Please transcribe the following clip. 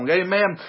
amen